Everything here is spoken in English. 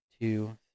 two